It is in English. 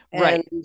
Right